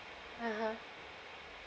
mmhmm